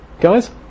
guys